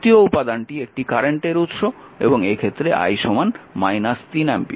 দ্বিতীয় উপাদানটি একটি কারেন্টের উৎস এবং এক্ষেত্রে I 3 অ্যাম্পিয়ার